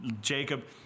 Jacob